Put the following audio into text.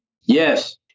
Yes